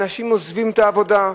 אנשים עוזבים את העבודה,